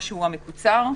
נחשף ונדבק עשרה ימים,